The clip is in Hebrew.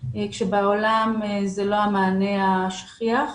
כשבעולם זה לא המענה השכיח.